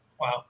Wow